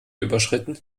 überschritten